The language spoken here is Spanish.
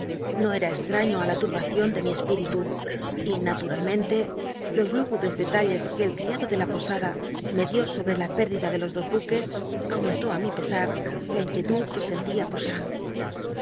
no era eslraiío á la tubacion de mi espíritu y naturalmente los lúgubres detalles que el cl'iado de la posada me dió sobre la pérdida de los dos buques aumentó á mi pesar la inc uictud que sen